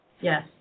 Yes